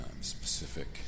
specific